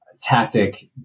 tactic